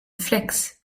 fleix